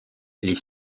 les